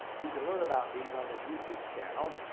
you can learn about these on this youtube channel.